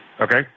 Okay